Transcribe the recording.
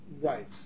Right